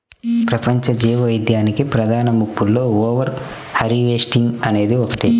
ప్రపంచ జీవవైవిధ్యానికి ప్రధాన ముప్పులలో ఓవర్ హార్వెస్టింగ్ అనేది ఒకటి